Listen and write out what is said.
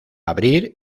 abrir